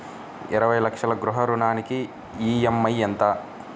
ఇరవై లక్షల గృహ రుణానికి ఈ.ఎం.ఐ ఎంత?